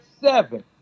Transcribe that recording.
seven